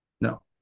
No